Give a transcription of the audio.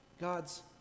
God's